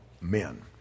men